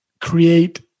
create